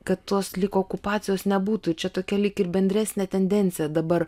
kad tuos lyg okupacijos nebūtų čia tokia lyg ir bendresnė tendencija dabar